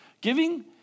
Giving